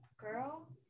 girl